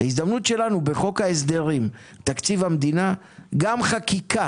ההזדמנות שלנו בחוק ההסדרים בתקציב המדינה זה גם חקיקה